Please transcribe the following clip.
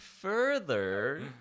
further